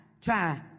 try